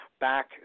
back